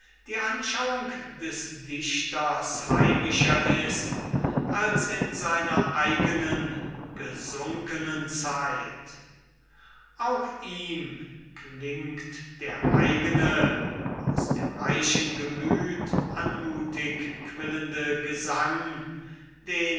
die anschauung des dichters heimischer ist als in seiner eigenen gesunkenen zeit auch ihm klingt der eigene aus dem reichen gemüt anmutig quillende gesang